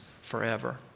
forever